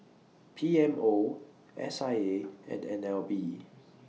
P M O S I A and N L B